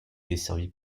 desservie